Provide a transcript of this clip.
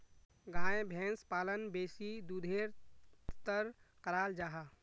गाय भैंस पालन बेसी दुधेर तंर कराल जाहा